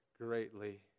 greatly